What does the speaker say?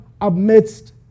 amidst